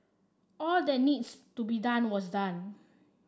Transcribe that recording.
all that needs to be done was done